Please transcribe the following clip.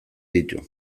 ditu